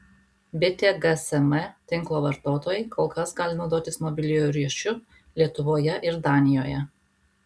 bitė gsm tinklo vartotojai kol kas gali naudotis mobiliuoju ryšiu lietuvoje ir danijoje